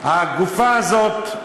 הגופה הזאת,